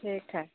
ठीक है